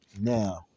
Now